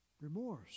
remorse